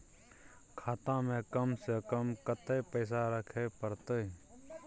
खाता में कम से कम कत्ते पैसा रखे परतै?